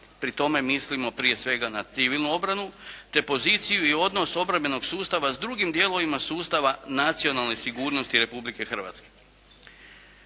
Pri tome mislimo, prije svega, na civilnu obranu, te poziciju i odnos obrambenog sustava s drugim dijelovima sustava nacionalne sigurnosti Republike Hrvatske.